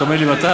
אתה אומר לי מתי?